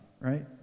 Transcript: right